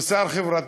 הוא שר חברתי.